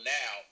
now